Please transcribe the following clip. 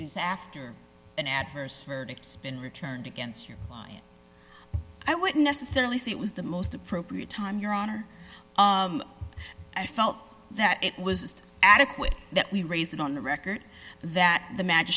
it is after an adverse verdict been returned against your client i would necessarily say it was the most appropriate time your honor i felt that it was adequate that we raised it on the record that the ma